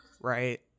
Right